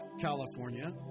California